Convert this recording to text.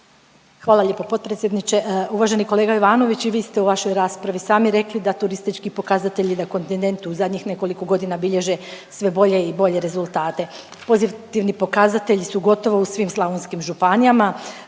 Hvala lijepo potpredsjedniče. Uvaženi kolega Ivanović i vi ste u vašoj raspravi sami rekli da turistički pokazatelji na kontinentu u zadnjih nekoliko godina bilježe sve bolje i bolje rezultate. Pozitivni pokazatelji su gotovo u svim slavonskim županijama,